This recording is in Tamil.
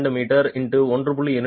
2 மீட்டர் x 1